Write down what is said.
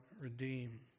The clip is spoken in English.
redeem